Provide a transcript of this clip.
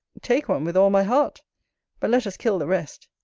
take one with all my heart but let us kill the rest.